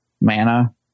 mana